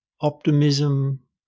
optimism